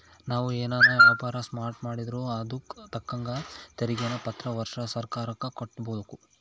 ನಾವು ಏನನ ವ್ಯಾಪಾರ ಸ್ಟಾರ್ಟ್ ಮಾಡಿದ್ರೂ ಅದುಕ್ ತಕ್ಕಂಗ ತೆರಿಗೇನ ಪ್ರತಿ ವರ್ಷ ಸರ್ಕಾರುಕ್ಕ ಕಟ್ಟುಬಕು